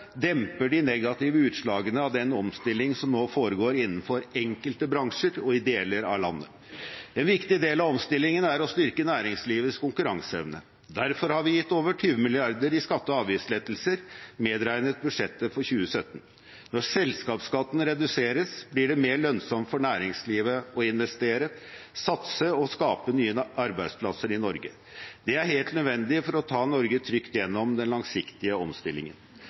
demper de negative utslagene av den omstillingen som nå foregår innenfor enkelte bransjer og i deler av landet. En viktig del av omstillingen er å styrke næringslivets konkurranseevne. Derfor har vi gitt over 20 mrd. kr i skatte- og avgiftslettelser, medregnet budsjettet for 2017. Når selskapsskatten reduseres, blir det mer lønnsomt for næringslivet å investere, satse og skape nye arbeidsplasser i Norge. Det er helt nødvendig for å ta Norge trygt gjennom den langsiktige omstillingen.